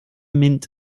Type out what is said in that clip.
mint